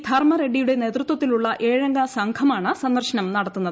ധർമ്മറെഡ്സിയുടെ നേതൃത്വത്തിലുളള ഏഴംഗ സംഘമാണ് സന്ദർശനം നടത്തുന്നത്